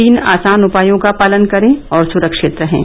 तीन आसान उपायों का पालन करें और सुरक्षित रहें